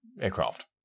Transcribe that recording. aircraft